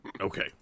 Okay